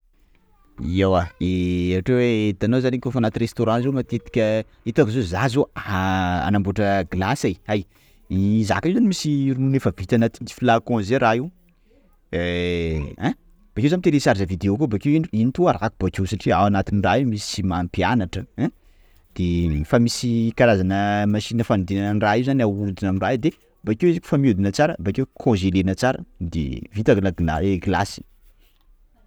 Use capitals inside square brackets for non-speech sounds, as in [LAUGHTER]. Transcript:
Ewa [HESITATION] ohatra hoe: itanao zany kôfa anaty restaurant zany matetika itako zao za zao [HESITATION] hanamboatra glace e! hay! i zaka io zany efa misy ronono efa vita anaty flacon zay raha io [HESITATION] bakeo za mi-télécharge video koa bakeo, iny to arahiko arahiko bakeo satria anatin'ny raha misy mampianatra, ein! de efa misy karazana machine fanodinana an'ny raha io zany ahodina amin'ny raha io de bakeo zany efa mihodina tsara, bakeko congelena tsara, de vita ny la glac- e glasy.